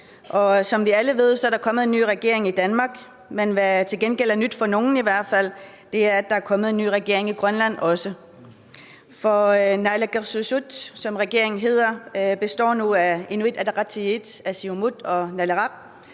som vi alle ved, er der kommet en ny regering i Danmark. Men hvad der til gengæld er nyt, i hvert fald for nogle, er, at der også er kommet en ny regering i Grønland. For naalakkersuisut, som regeringen hedder på grønlandsk, består nu af Inuit Ataqatigiit, Siumut og Naleraq,